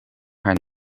haar